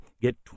Get